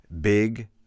big